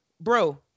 bro